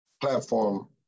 platform